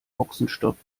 boxenstopp